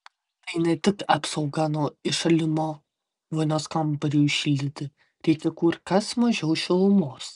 tai ne tik apsauga nuo įšalimo vonios kambariui šildyti reikia kur kas mažiau šilumos